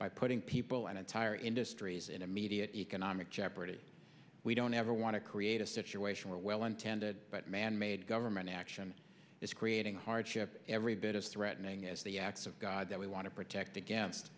by putting people and entire industries in immediate economic jeopardy we don't ever want to create a situation where well intended but manmade government action is creating a hardship every bit as threatening as the acts of god that we want to protect against